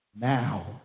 Now